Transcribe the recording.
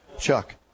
Chuck